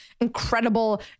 incredible